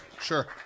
Sure